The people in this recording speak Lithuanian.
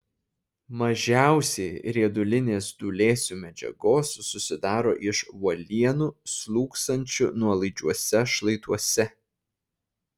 mažiausiai riedulinės dūlėsių medžiagos susidaro iš uolienų slūgsančių nuolaidžiuose šlaituose